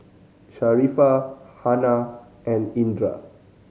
Sharifah Hana and Indra